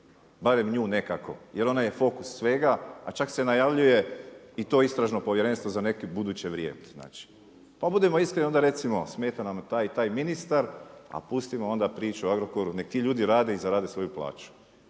barem nju nekako jer ona je fokus svega, a čak se najavljuje i to istražno povjerenstvo za neko buduće vrijeme znači. Pa budimo iskreni i onda recimo, smeta nam taj i taj ministar a pustimo onda priču o Agrokoru, neka ti ljudi rade i zarade svoju plaću,